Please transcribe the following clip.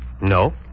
No